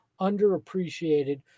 underappreciated